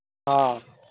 ᱦᱚᱸ